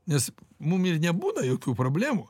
nes mum ir nebūna jokių problemų